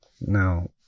now